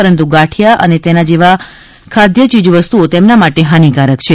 પરંતુ ગાંઠીયા અને તેના જેવી ખાદ્ય ચીજવસ્તુઓ તેમના માટે હાનીકારક છે